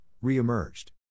re-emerged